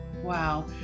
Wow